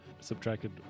subtracted